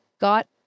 got